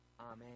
Amen